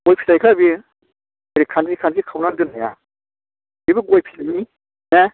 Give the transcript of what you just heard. गय फिथाइखा बियो गय खानदि खानदि खावनानै दोननाया बेबो गय फिथाइ ना